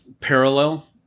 parallel